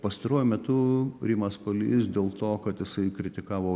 pastaruoju metu rimas kuolys dėl to kad jisai kritikavo